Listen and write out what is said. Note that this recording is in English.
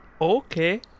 Okay